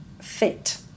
fit